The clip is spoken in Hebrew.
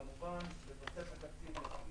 כמובן, בתוספת תקציב.